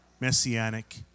messianic